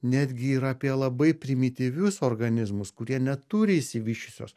netgi ir apie labai primityvius organizmus kurie neturi išsivysčiusios